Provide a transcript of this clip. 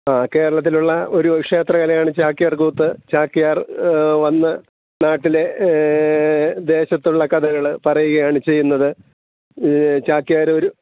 ആ കേരളത്തിലുള്ള ഒരു ക്ഷേത്ര കലയാണ് ചാക്യാർക്കൂത്ത് ചാക്യാർ വന്നു നാട്ടിലെ ദേശത്തുള്ള കഥകൾ പറയുകയാണ് ചെയ്യുന്നത് ചാക്യാരൊരു